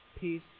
peace